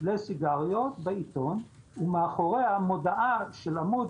לסיגריות בעיתון ומאחוריה מודעה של עמוד